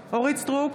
סטרוק,